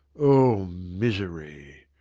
o misery!